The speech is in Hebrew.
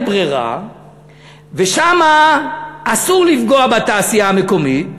ברירה ושם אסור לפגוע בתעשייה המקומית,